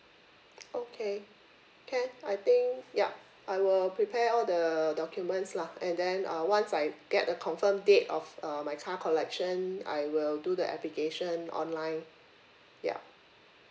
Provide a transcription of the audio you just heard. okay can I think ya I will prepare all the documents lah and then uh once I like get a confirm date of uh my car collection I will do the application online ya